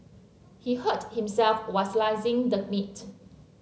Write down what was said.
he hurt himself while slicing the meat